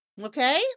Okay